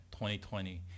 2020